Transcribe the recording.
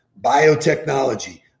biotechnology